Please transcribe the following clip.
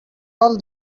all